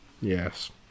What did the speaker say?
yes